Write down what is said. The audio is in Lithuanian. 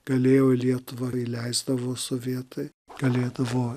galėjo į lietuvą įleisdavo sovietai galėdavo